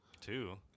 Two